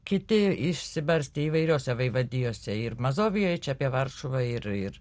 kiti išsibarstę įvairiose vaivadijose ir mazovijoj čia apie varšuvą ir ir